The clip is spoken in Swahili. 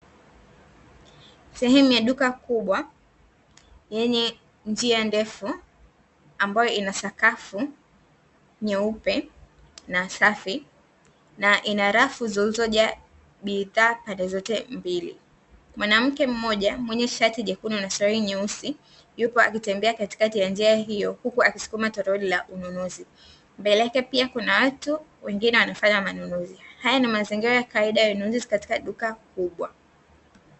Sehemu ya duka kubwa yenye njia ndefu ambayo Ina sakafu nyeupe na safi na Ina rafu iliyojaa bidhaa pande zote mbili. Mwanamke mmoja mwenye shati jekundu na suruali nyeusi yupo akitembea katikati ya njia hiyo, huku akisukuma toroli la ununuzi , mbele yake pia kuna watu wengine wanafanya manunuzi. Haya ni mazingira ya kawaida ya ununuzi katika duka kubwa.